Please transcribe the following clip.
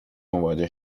مواجه